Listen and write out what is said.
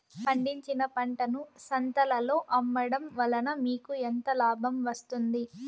పండించిన పంటను సంతలలో అమ్మడం వలన మీకు ఎంత లాభం వస్తుంది?